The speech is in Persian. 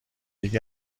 یکی